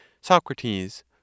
Socrates